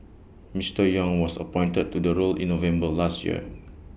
Mister Yong was appointed to the role in November last year